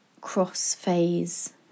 cross-phase